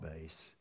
base